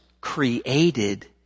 created